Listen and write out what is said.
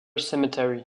cemetery